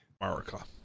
America